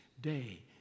day